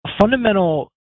fundamental